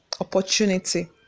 opportunity